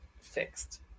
fixed